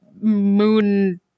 moon